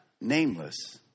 nameless